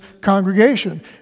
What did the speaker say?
congregation